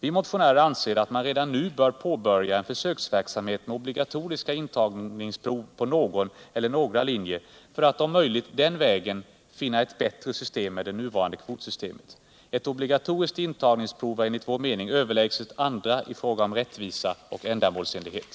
Vi motionärer anser att man redan nu bör påbörja en försöksverksamhet med obligatoriska intagningsprov på någon eller några linjer för att om möjligt den vägen finna ett bättre system än det nuvarande kvotsystemet. Ett obligatoriskt intagningsprov är enligt vår mening överlägset andra i fråga om rättvisa och ändamålsenlighet.